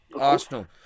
Arsenal